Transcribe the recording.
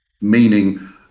Meaning